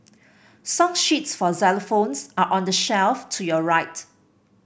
song sheets for xylophones are on the shelf to your right